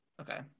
Okay